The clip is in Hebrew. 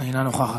אינה נוכחת.